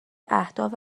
اهداف